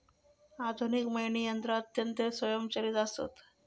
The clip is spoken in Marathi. आधुनिक मळणी यंत्रा अत्यंत स्वयंचलित आसत